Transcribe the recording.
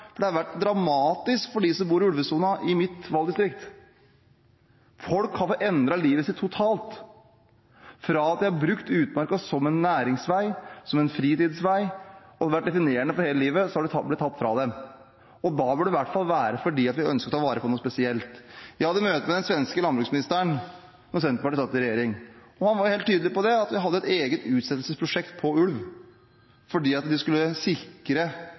Det har vært dramatisk for dem som bor i ulvesonen i mitt valgdistrikt. Folk har fått endret livet sitt totalt – fra at de har brukt utmarka som en næringsvei, som en fritidsvei og som definerende for hele livet, til at det har blitt tatt fra dem. Og da bør det i hvert fall være fordi vi ønsker å ta vare på noe spesielt. Jeg hadde møte med den svenske landbruksministeren da Senterpartiet satt i regjering, og han var helt tydelig på at de hadde et eget utsettelsesprosjekt på ulv fordi de skulle sikre